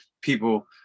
people